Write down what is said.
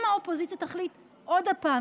אם האופוזיציה תחליט עוד פעם,